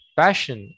passion